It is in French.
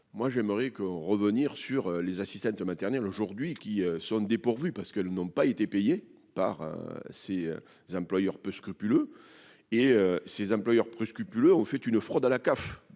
moi j'aimerais que revenir sur les assistantes maternelles aujourd'hui qui sont dépourvus, parce qu'elles n'ont pas été payé par ses employeurs peu scrupuleux et ses employeurs presque plus le on fait une fraude à la CAF